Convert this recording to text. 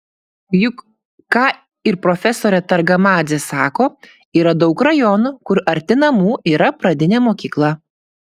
juk ką ir profesorė targamadzė sako yra daug rajonų kur arti namų yra pradinė mokykla